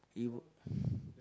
he would